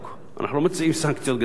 אנחנו לא מציעים סנקציות גזעניות כאלה,